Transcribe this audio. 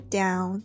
down